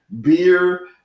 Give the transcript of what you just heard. beer